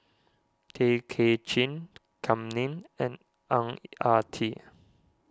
Tay Kay Chin Kam Ning and Ang Ah Tee